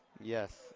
Yes